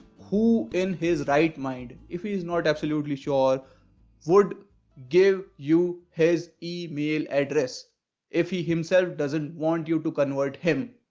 who in his right mind if he is not absolutely sure would give you his email address if he himself doesn't want you to convert him.